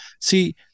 see